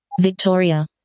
Victoria